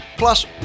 Plus